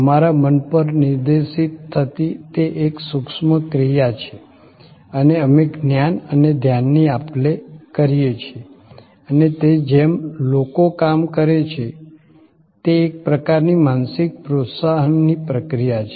તમારા મન પર નિર્દેશિત થતી તે એક સુક્ષ્મ ક્રિયા છે અને અમે જ્ઞાન અને ધ્યાનની આપ લે કરીએ છીએ અને તે જેમ લોકો કામ કરે છે તે એક પ્રકારની માનસિક પ્રોત્સાહનની પ્રક્રિયા છે